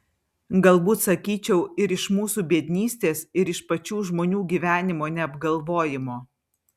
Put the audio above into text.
galbūt sakyčiau ir iš mūsų biednystės ir iš pačių žmonių gyvenimo neapgalvojimo